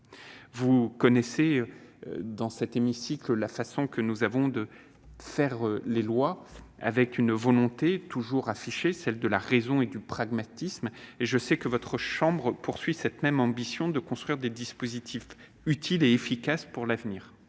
Vous connaissez dans cet hémicycle notre manière de faire les lois, avec une volonté toujours affichée : celle de la raison et du pragmatisme. Et je sais que votre chambre partage cette ambition de construire des dispositifs utiles et efficaces pour l'avenir.